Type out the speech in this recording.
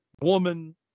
woman